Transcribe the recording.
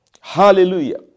Hallelujah